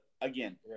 again